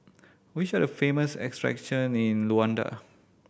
which are the famous attraction in Luanda